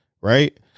Right